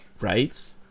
Right